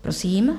Prosím.